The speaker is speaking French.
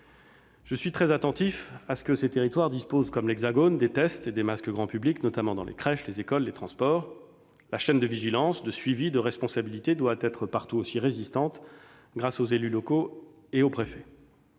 Je suis très attentif à ce que ces territoires disposent, comme l'Hexagone, des tests et des masques grand public, notamment dans les crèches, les écoles, les transports. La chaîne de vigilance, de suivi, de responsabilité, doit être partout aussi résistante grâce aux élus locaux et aux préfets.